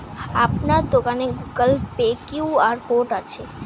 আপনার দোকানে Google pay QR code আছে?